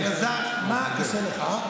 אלעזר, מה קשה לך?